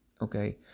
Okay